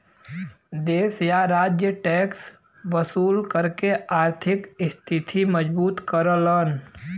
देश या राज्य टैक्स वसूल करके आर्थिक स्थिति मजबूत करलन